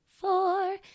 four